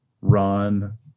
run